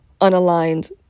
unaligned